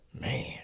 Man